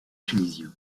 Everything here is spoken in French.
tunisien